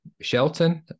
Shelton